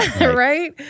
right